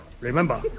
remember